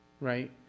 right